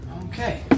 Okay